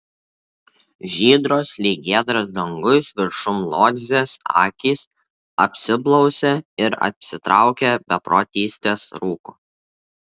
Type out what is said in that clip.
žydros lyg giedras dangus viršum lodzės akys apsiblausė ir apsitraukė beprotystės rūku